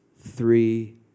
three